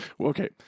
Okay